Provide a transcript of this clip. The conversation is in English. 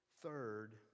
Third